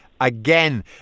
again